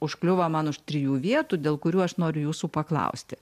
užkliūvo man už trijų vietų dėl kurių aš noriu jūsų paklausti